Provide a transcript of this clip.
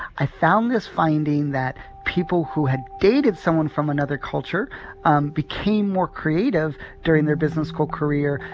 i found this finding that people who had dated someone from another culture um became more creative during their business school career,